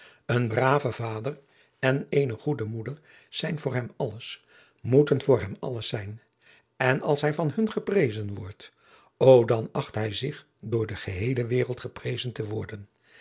een brave vader en eene goede moeder zijn voor hem alles moeten voor hem alles zijn en als hij van hun geprezen wordt o dan acht hij zich door de geheele wereld geprezen te worden